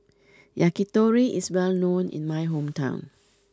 Yakitori is well known in my hometown